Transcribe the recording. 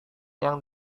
yang